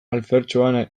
alfertxoa